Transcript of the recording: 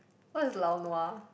what is lao nua